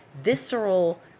visceral